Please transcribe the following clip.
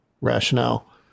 rationale